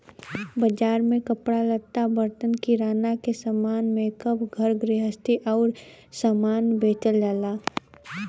बाजार में कपड़ा लत्ता, बर्तन, किराना के सामान, मेकअप, घर गृहस्ती आउर सामान बेचल जाला